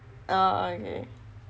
ah okay